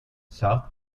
south